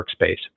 workspace